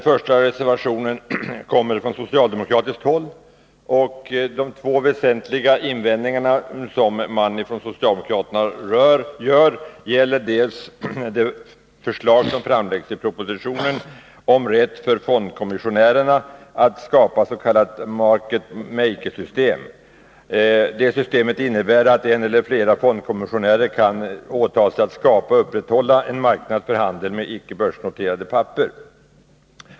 I reservation, som har avgivits från socialdemokratiskt håll, riktas väsentligen två invändningar mot de förslag som framläggs i propositionen. Den första gäller förslaget om rätt för fondkommissionärerna att skapa s.k. market maker-system. Det systemet innebär att en eller flera fondkommissionärer åtar sig att skapa och upprätthålla en marknad för handeln med icke börsnoterade papper.